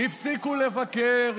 הפסיקו לבקר,